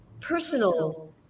personal